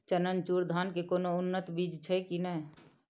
चननचूर धान के कोनो उन्नत बीज छै कि नय?